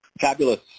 Fabulous